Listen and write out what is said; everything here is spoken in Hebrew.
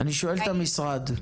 אני שואל את המשרד.